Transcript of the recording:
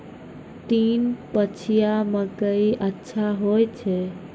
तीन पछिया मकई अच्छा होय छै?